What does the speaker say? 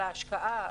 על ההשקעה,